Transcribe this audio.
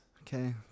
okay